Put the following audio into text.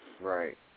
Right